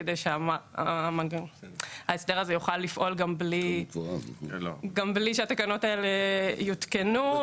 כדי שההסדר הזה יוכל לפעול גם בלי שהתקנות האלה יופעלו.